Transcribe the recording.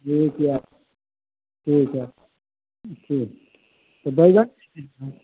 ठीक हए ठीक हए ठीक तऽ बैगन